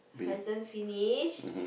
hasn't finish